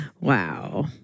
Wow